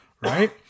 right